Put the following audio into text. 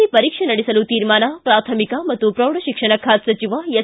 C ಪರೀಕ್ಷೆ ನಡೆಸಲು ತೀರ್ಮಾನ ಪ್ರಾಥಮಿಕ ಮತ್ತು ಪ್ರೌಢಶಿಕ್ಷಣ ಖಾತೆ ಸಚಿವ ಎಸ್